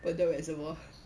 bedok reservoir